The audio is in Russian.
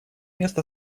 мест